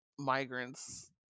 migrants